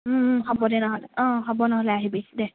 হ'ব দে নহ'লে অঁ হ'ব নহ'লে আহিবি দে